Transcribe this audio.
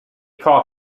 caught